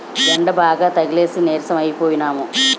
యెండబాగా తగిలేసి నీరసం అయిపోనము